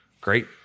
Great